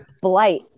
Blight